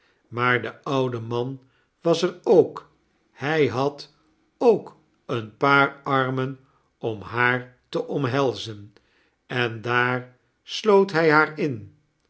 maar de oude man was er ook hij had ook een paar annen om haar te omhelzen en daar sloot hrj haar in